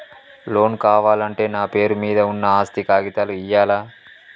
Loan కావాలంటే నా పేరు మీద ఉన్న ఆస్తి కాగితాలు ఇయ్యాలా?